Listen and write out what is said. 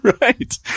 Right